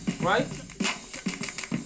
right